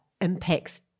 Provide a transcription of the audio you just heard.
impacts